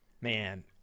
man